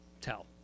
tell